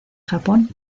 japón